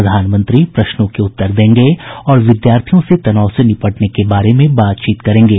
प्रधानमंत्री प्रश्नों के उत्तर देंगे और विद्यार्थियों से तनाव से निपटने के बारे में बातचीत करेंगे